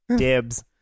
Dibs